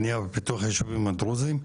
בנייה ופיתוח הישובים הדרוזים,